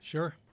Sure